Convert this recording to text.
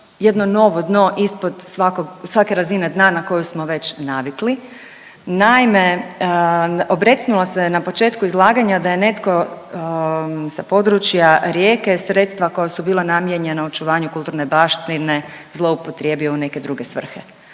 jedno novo dno ispod svakog, svake razine dna na koju smo već navikli. Naime, obrecnula se na početku izlaganja da je netko sa područja Rijeke sredstva koja su bila namijenjena očuvanju kulturne baštine zloupotrijebio u neke druge svrhe,